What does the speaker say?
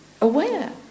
aware